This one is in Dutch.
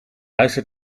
luistert